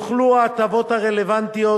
יוחלו ההטבות הרלוונטיות,